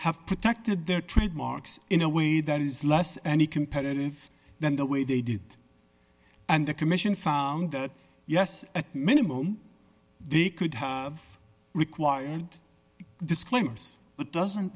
have protected their trademarks in a way that is less any competitive than the way they did and the commission found that yes at minimum they could have required disclaimers but doesn't